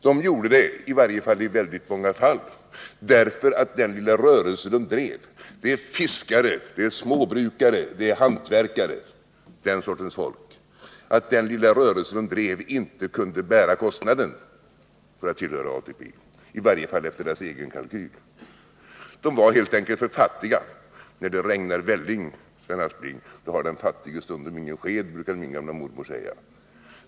De gjorde det, i väldigt många fall, därför att den lilla rörelse de drev — det gäller fiskare, småbrukare, hantverkare — inte kunde bära kostnaden för att tillhöra ATP, i varje fall enligt deras egen kalkyl. De var helt enkelt för fattiga. När det regnar välling har den fattige ingen sked, brukade min gamla mormor säga.